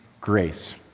grace